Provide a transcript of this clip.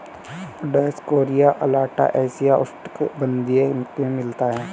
Dioscorea alata एशियाई उष्णकटिबंधीय में मिलता है